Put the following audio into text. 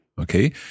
Okay